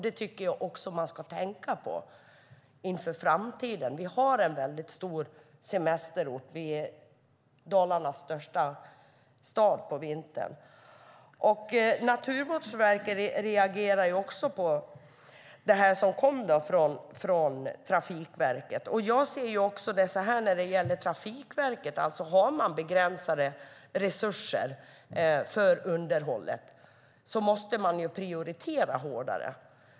Det tycker jag att man ska tänka på inför framtiden. Jag bor i Dalarnas största semesterort på vintern. Naturvårdsverket reagerade också på beslutet som kom från Trafikverket. Har man begränsade resurser för underhållet måste man ju prioritera hårdare.